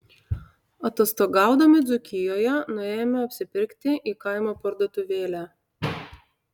atostogaudami dzūkijoje nuėjome apsipirkti į kaimo parduotuvėlę